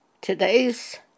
Today's